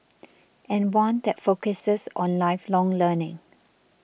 and one that focuses on lifelong learning